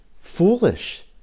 foolish